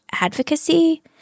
advocacy